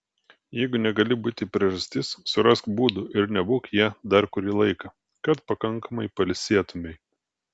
jeigu negali būti priežastis surask būdų ir nebūk ja dar kurį laiką kad pakankamai pailsėtumei